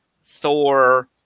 Thor